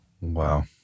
Wow